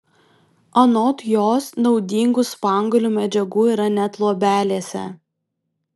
anot jos naudingų spanguolių medžiagų yra net luobelėse